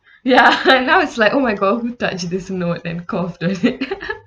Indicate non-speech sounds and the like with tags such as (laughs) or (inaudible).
ya (laughs) now it's like oh my god who touch this note and cough unto it (laughs)